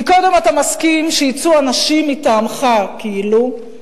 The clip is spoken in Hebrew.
כי קודם אתה מסכים שיצאו אנשים מטעמך, כאילו,